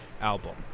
album